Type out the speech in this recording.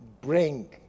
bring